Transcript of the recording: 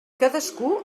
cadascú